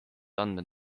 andmed